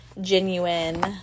genuine